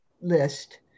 list